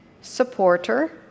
supporter